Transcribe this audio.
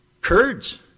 Kurds